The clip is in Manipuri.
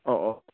ꯑꯣ ꯑꯣ